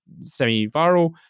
semi-viral